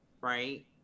right